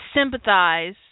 sympathize